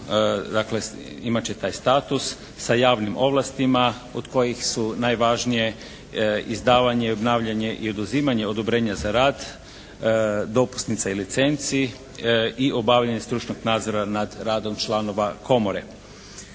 dakle imat će taj status sa javnim ovlastima od kojih su najvažnije izdavanje i obnavljanje i oduzimanje odobrenja za rad dopusnica i licenci i obavljanje stručnog nadzora nad radom članova komore.